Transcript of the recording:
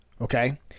Okay